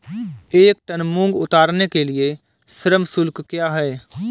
एक टन मूंग उतारने के लिए श्रम शुल्क क्या है?